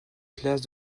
classe